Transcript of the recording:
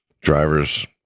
Drivers